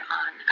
on